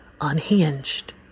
unhinged